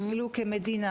כמדינה,